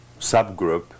subgroup